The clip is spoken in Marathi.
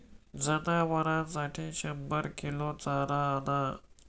जनावरांसाठी शंभर किलो चारा आणा